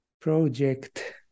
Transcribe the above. project